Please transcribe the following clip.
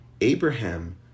Abraham